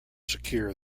secure